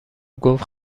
گفت